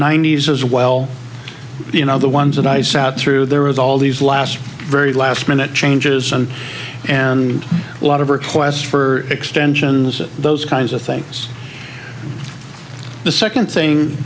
as well you know the ones and i sat through there was all these last very last minute changes and and a lot of requests for extensions of those kinds of things the second thing